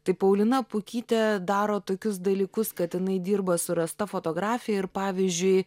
tai paulina pukytė daro tokius dalykus kad jinai dirba su rasta fotografija ir pavyzdžiui